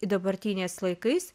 dabartiniais laikais